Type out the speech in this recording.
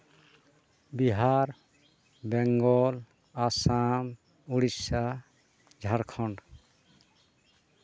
Bihar Bengal Assam Odisha Jharkhand